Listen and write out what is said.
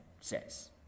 says